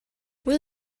will